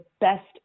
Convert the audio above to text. best